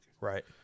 right